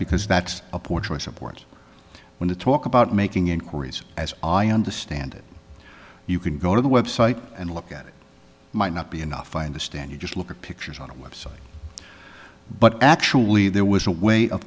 because that's a poor choice of words when you talk about making inquiries as i understand it you can go to the website and look at it might not be enough i understand you just look at pictures on a website but actually there was a way of